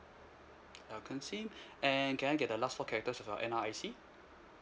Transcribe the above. elkon sim and can I get the last four characters of your N_R_I_C